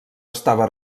estava